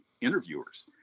interviewers